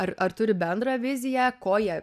ar ar turi bendrą viziją ko jie